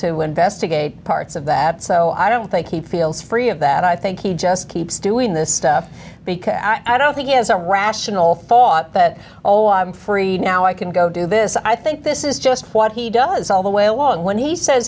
to investigate parts of that so i don't think he feels free of that i think he just keeps doing this stuff because i don't think he has a rational thought that oh i'm free now i can go do this i think this is just what he does all the way along when he